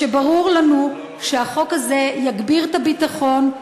ברור לנו שהחוק הזה יגביר את הביטחון,